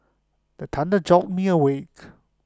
the thunder jolt me awake